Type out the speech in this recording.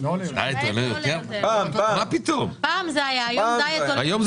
פעם זה היה כך, היום לא.